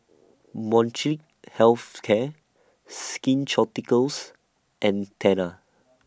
Molnylcke Health Care Skin Ceuticals and Tena